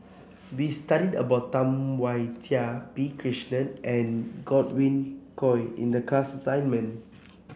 we studied about Tam Wai Jia P Krishnan and Godwin Koay in the class assignment